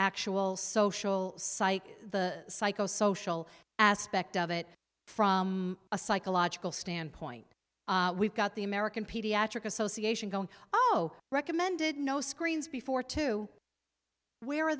actual social psych the psycho social aspect of it from a psychological standpoint we've got the american pediatric association going oh recommended no screens before to where